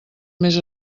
més